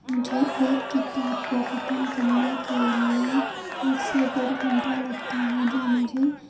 مجھے ایک کتاب کو ختم کرنے کے لئے ایک سے ڈیڑھ گھنٹہ لگتا ہے جو مجھے